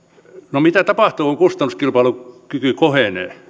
no mitä tapahtuu kun kustannuskilpailukyky kohenee